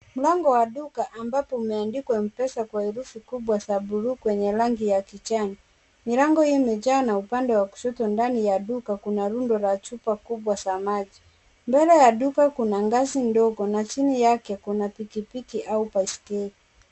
Mlango wa duka ambapo umeandikwa mpesa kwa herufi kubwa za bluu kwenye rangi ya kijani. Milango hii imejaa na upande wa kushoto ndani ya duka kuna rundo la chupa kubwa za maji. Mbele ya duka kuna ngazi ndogo na chini yake kuna pikipiki au baiskeli.